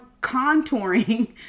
contouring